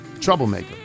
Troublemaker